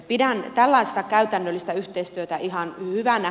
pidän tällaista käytännöllistä yhteistyötä ihan hyvänä